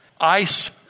Ice